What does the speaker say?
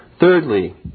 Thirdly